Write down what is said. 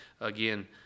again